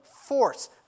force